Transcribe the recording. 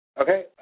Okay